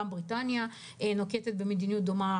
וגם בריטניה נוקטת במדיניות דומה.